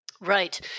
Right